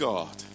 God